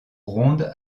rondes